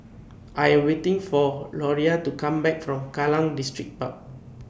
I Am waiting For Loria to Come Back from Kallang Distripark